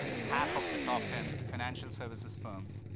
half of the top-ten financial services firms,